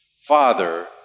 Father